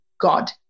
God